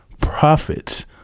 prophets